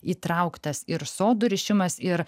įtrauktas ir sodų rišimas ir